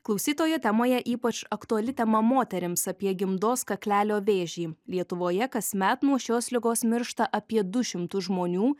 klausytojo temoje ypač aktuali tema moterims apie gimdos kaklelio vėžį lietuvoje kasmet nuo šios ligos miršta apie du šimtus žmonių